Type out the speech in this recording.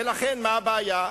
ולכן, מה הבעיה?